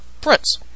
Prince